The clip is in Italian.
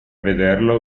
vederlo